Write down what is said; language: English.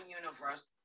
universe